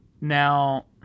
Now